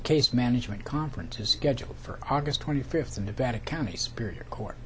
case management conference is scheduled for august twenty fifth and about a county superior court